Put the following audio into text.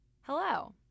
Hello